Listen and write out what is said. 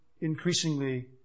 increasingly